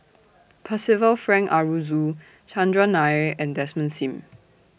Percival Frank Aroozoo Chandran Nair and Desmond SIM